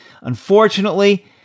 Unfortunately